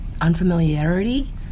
unfamiliarity